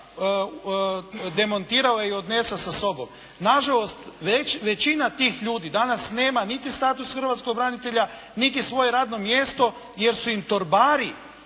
demontirala i odnesla sa sobom. Nažalost većina tih ljudi danas nema niti status hrvatskog branitelja niti svoje radno mjesto jer su im torbari